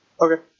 Okay